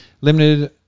Limited